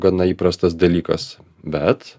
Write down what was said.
gana įprastas dalykas bet